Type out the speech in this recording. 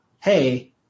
Hey